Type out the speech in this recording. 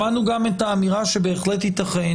שמענו גם את האמירה שבהחלט יתכן